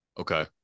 Okay